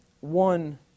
one